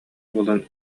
буолан